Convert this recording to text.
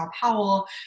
powell